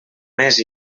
més